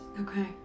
okay